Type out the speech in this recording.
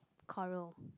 Coral